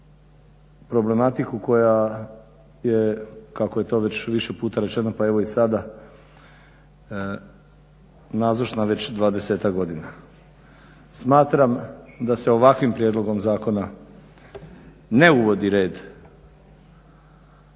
problematiku koja je kako je to već više puta rečeno pa evo i sada nazočna već dvadesetak godina. Smatram da se ovakvim prijedlogom zakona ne uvodi red